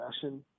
fashion